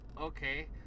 Okay